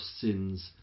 sins